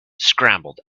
scrambled